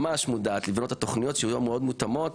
ממש מודעת, לתכניות שיהיו מאוד מותאמות,